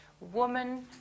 woman